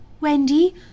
Wendy